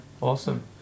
Awesome